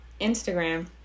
Instagram